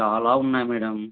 చాలా ఉన్నాయి మేడం